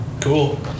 Cool